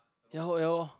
ya lor ya lor